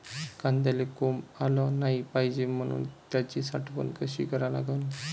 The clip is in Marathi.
कांद्याले कोंब आलं नाई पायजे म्हनून त्याची साठवन कशी करा लागन?